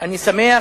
אני שמח